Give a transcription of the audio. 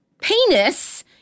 penis